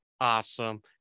Awesome